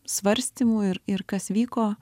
svarstymų ir ir kas vyko